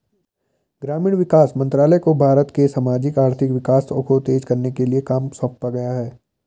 ग्रामीण विकास मंत्रालय को भारत के सामाजिक आर्थिक विकास को तेज करने का काम सौंपा गया है